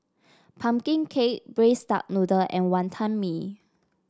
pumpkin cake Braised Duck Noodle and Wonton Mee